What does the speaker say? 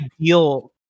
ideal